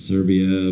Serbia